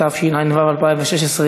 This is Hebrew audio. התשע"ו 2016,